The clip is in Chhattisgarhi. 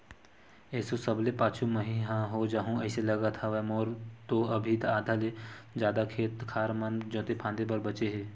एसो सबले पाछू मही ह हो जाहूँ अइसे लगत हवय, मोर तो अभी आधा ले जादा खेत खार मन जोंते फांदे बर बचें हे